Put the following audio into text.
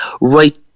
right